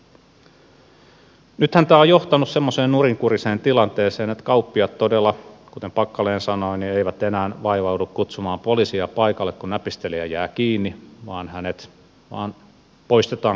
nythän tämä on johtanut sellaiseen nurinkuriseen tilanteeseen että kauppiaat todella kuten packalen sanoi eivät enää vaivaudu kutsumaan poliisia paikalle kun näpistelijä jää kiinni vaan hänet vain poistetaan kaupasta